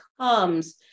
comes